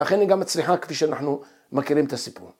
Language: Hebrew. לכן היא גם מצליחה כפי שאנחנו מכירים את הסיפור.